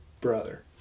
brother